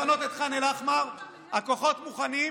לפנות את ח'אן אל-אחמר, הכוחות מוכנים.